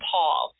Paul